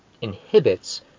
inhibits